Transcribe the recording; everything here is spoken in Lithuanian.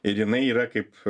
ir jinai yra kaip